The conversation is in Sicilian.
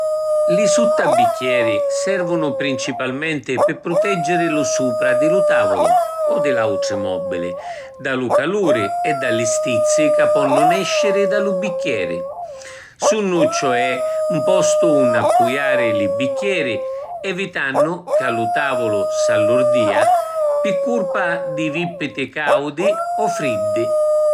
Li suttabicchieri servunu principalmenti pi pruteggiri lu supra di lu tavulu (o di l’autri mobili) da lu caluri e da li stizzi ca ponnu nesciri da lu bicchieri. Sunnu, cioè, ‘n postu unni appujari li bicchieri evitannu ca lu tavulu s’allurdia pi culpa di vippiti caudi o friddi.